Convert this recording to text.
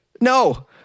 no